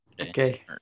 Okay